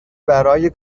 برای